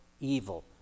evil